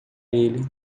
ele